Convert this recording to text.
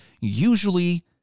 usually